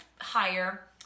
higher